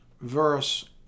verse